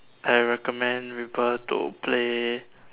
I recommend people to play